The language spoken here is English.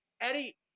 Eddie